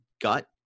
gut